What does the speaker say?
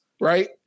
right